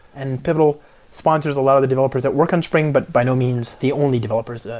and pivotal sponsors a lot of the developers that work on spring, but by no means the only developers.